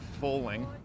Falling